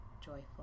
joyful